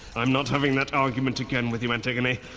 i'm not having that argument again with you, antigone.